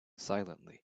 silently